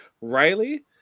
Riley